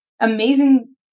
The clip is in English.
amazing